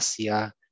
Asia